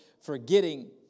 forgetting